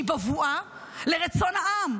שהיא בבואה לרצון העם.